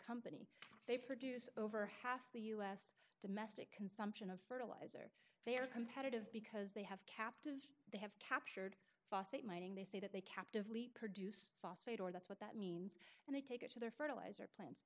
integrate they produce over half the u s domestic consumption of fertilizer they are competitive because they have captive they have captured phosphate mining they say that they captive lete produce phosphate or that's what that means and they take it to their fertilizer plan